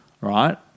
right